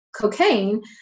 cocaine